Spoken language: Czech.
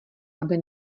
aby